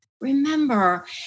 remember